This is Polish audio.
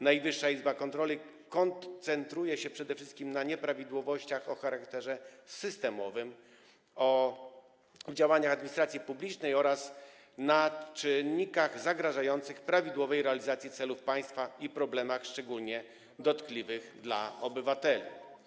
Najwyższa Izba Kontroli koncentruje się przede wszystkim na nieprawidłowościach o charakterze systemowym, na działaniach administracji publicznej oraz na czynnikach zagrażających prawidłowej realizacji celów państwa i problemach szczególnie dotkliwych dla obywateli.